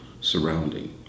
surrounding